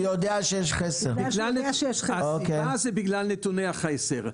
בגלל נתוני החסר.